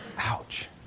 Ouch